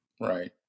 right